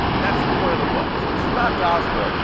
and that's the point of the book. so this is not gospel,